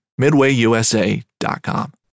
MidwayUSA.com